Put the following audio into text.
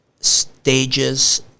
stages